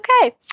okay